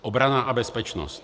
Obrana a bezpečnost.